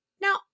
Now